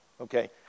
okay